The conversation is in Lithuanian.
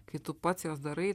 kai tu pats juos darai